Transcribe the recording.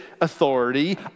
authority